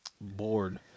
bored